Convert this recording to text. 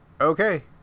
okay